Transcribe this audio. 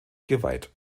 geweiht